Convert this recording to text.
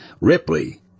Ripley